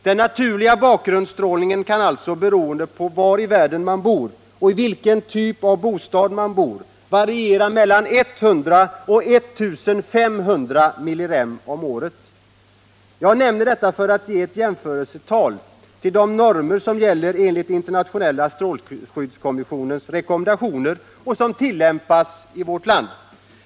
Den naturliga bakgrundsstrålningen kan alltså, beroende på var i världen man bor och i vilken typ av bostad man bor, variera mellan 100 och 1 500 millirem om året. Jag nämner detta för att ge ett jämförelsetal till de normer som gäller enligt internationella strålskyddskommissionens rekommendationer och som tillämpas i vårt land.